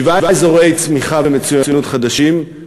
שבעה אזורי צמיחה ומצוינות חדשים,